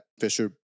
Fisher